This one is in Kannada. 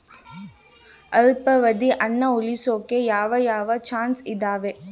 ಅಲ್ಪಾವಧಿ ಹಣ ಉಳಿಸೋಕೆ ಯಾವ ಯಾವ ಚಾಯ್ಸ್ ಇದಾವ?